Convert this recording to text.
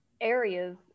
areas